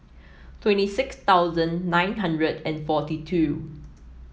twenty six thousand nine hundred and forty two